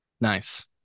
Nice